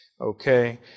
okay